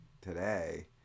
today